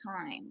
time